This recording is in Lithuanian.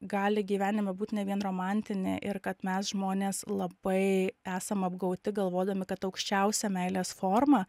gali gyvenime būti ne vien romantinė ir kad mes žmonės labai esam apgauti galvodami kad aukščiausia meilės forma